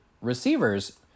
receivers